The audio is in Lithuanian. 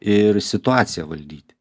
ir situaciją valdyti